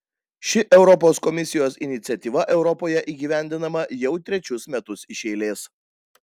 ši europos komisijos iniciatyva europoje įgyvendinama jau trečius metus iš eilės